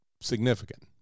significant